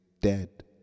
dead